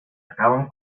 acaban